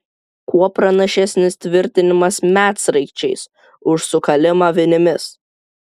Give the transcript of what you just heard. kuo pranašesnis tvirtinimas medsraigčiais už sukalimą vinimis